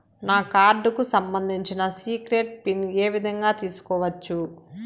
నా కార్డుకు సంబంధించిన సీక్రెట్ పిన్ ఏ విధంగా తీసుకోవచ్చు?